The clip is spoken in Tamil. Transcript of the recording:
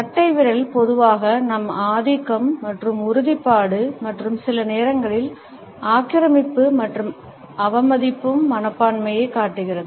கட்டைவிரல் பொதுவாக நம் ஆதிக்கம் மற்றும் உறுதிப்பாடு மற்றும் சில நேரங்களில் ஆக்கிரமிப்பு மற்றும் அவமதிக்கும் மனப்பான்மையைக் காட்டுகிறது